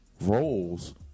roles